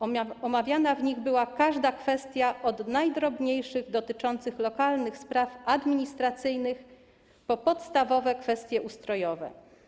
Omawiana w nich była każda kwestia: od najdrobniejszych dotyczących lokalnych spraw administracyjnych po podstawowe kwestie ustrojowe.